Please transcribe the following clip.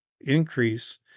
increase